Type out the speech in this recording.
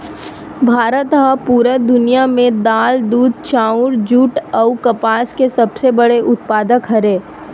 भारत हा पूरा दुनिया में दाल, दूध, चाउर, जुट अउ कपास के सबसे बड़े उत्पादक हरे